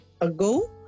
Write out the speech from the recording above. ago